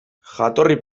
jatorri